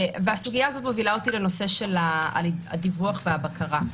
והסוגיה הזאת מובילה אותי לנושא של הדיווח והבקרה.